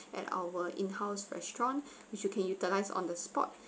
at our in-house restaurant which you can utilise on the spot